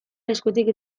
eskutik